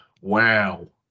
Wow